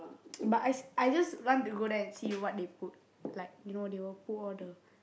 but I I just run to go there and see what they put like you know they would put all the